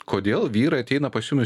kodėl vyrai ateina pas jumis